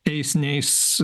eis neis